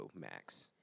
Max